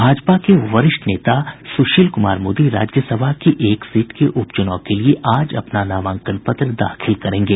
भाजपा के वरिष्ठ नेता सुशील कुमार मोदी राज्य सभा की एक सीट के उपचुनाव के लिए आज अपना नामांकन पत्र दाखिल करेंगे